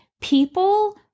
people